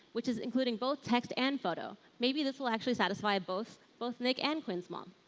which is including both text and photo. maybe this will actually satisfy both both nick and quinn's mom?